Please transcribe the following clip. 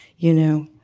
you know,